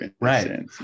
right